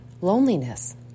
Loneliness